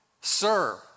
Sir